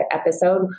episode